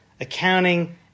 accounting